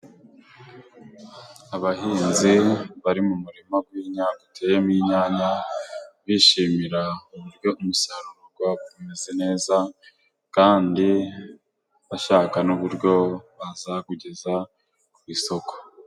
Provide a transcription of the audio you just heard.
Abahinzi bari mu murima w'inya uteyemo inyanya, bishimira uburyo umusaruro umeze neza, kandi bashaka n'uburyo bazawugeza ku isoko.